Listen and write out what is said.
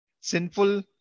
sinful